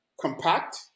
compact